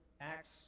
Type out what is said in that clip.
Acts